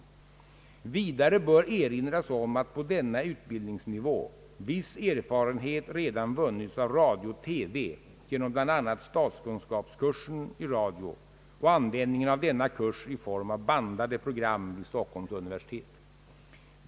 Vidare bör erinras om att på denna utbildningsnivå viss erfarenhet redan vunnits av radio-tv genom bl.a. statskunskapskursen i radio och användningen av denna kurs i form av bandade program vid Stockholms universitet.